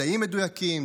מדעים מדויקים,